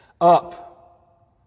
up